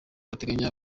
ateganya